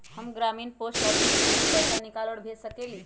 हम ग्रामीण post office से भी पैसा निकाल और भेज सकेली?